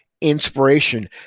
inspiration